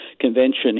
convention